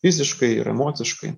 fiziškai ir emociškai